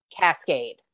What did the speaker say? cascade